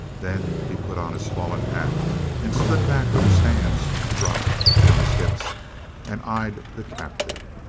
then he put on his fallen hat and stood back with his hands dropped on his hips and eyed the captive.